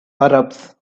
arabs